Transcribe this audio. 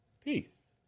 Peace